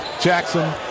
Jackson